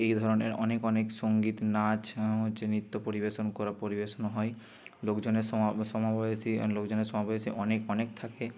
এ এই ধরনের অনেক অনেক সঙ্গীত নাচ হচ্ছে নৃত্য পরিবেশন করা পরিবেশন হয় লোকজনের সমাবেশই লোকজনের সমাবেশ অনেক অনেক থাকে